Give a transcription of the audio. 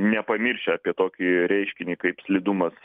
nepamiršę apie tokį reiškinį kaip slidumas